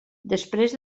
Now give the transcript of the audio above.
després